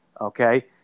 Okay